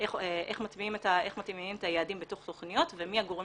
איך מטמיעים את יעדים בתוך תוכניות ומי הגורם